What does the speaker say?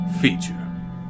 Feature